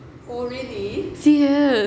serious